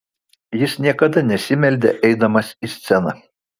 jis niekada nesimeldė eidamas į sceną